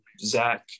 Zach